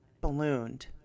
ballooned